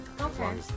Okay